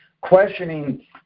questioning